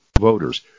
voters